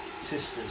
sisters